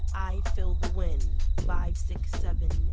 i filled the wind five, six, seven,